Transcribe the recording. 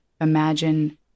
imagine